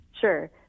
Sure